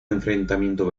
enfrentamiento